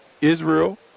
Israel